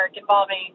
involving